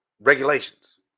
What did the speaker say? regulations